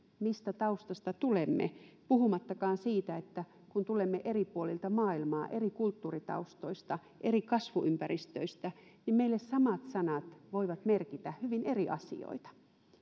mistä taustasta tulemme puhumattakaan siitä kun tulemme eri puolilta maailmaa eri kulttuuritaustoista eri kasvuympäristöistä niin meille samat sanat voivat merkitä hyvin eri asioita